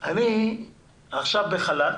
כי אני עכשיו בחל"ת,